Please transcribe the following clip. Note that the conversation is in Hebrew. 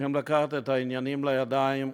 צריכים לקחת את העניינים לידיים,